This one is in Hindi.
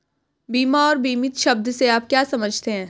बीमा और बीमित शब्द से आप क्या समझते हैं?